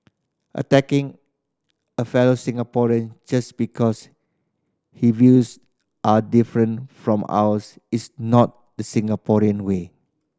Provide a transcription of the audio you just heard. attacking a fellow Singaporean just because her views are different from ours is not the Singaporean way